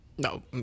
No